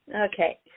Okay